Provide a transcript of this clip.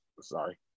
sorry